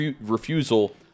refusal